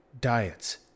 diets